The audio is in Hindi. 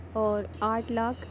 और आठ लाख